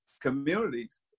communities